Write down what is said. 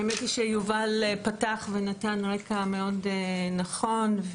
האמת שיובל פתח ונתן רקע מאוד נכון,